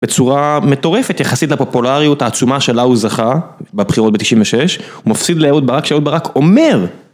בצורה מטורפת יחסית לפופולריות העצומה שלה הוא זכה בבחירות בתשעים ושש הוא מופסיד לאהוד ברק שאהוד ברק אומר